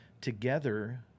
together